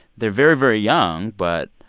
they're very, very young, but.